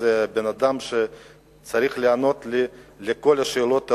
בן-אדם שצריך לענות לי על כל השאלות,